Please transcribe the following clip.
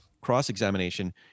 cross-examination